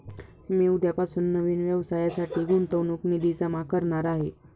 मी उद्यापासून नवीन व्यवसायासाठी गुंतवणूक निधी जमा करणार आहे